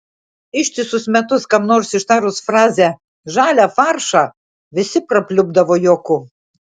ištisus metus kam nors ištarus frazę žalią faršą visi prapliupdavo juoku